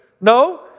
no